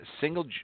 single